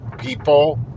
people